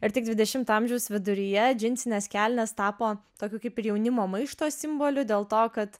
ir tik dvidešimto amžiaus viduryje džinsinės kelnės tapo tokiu kaip ir jaunimo maišto simboliu dėl to kad